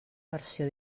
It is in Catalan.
versió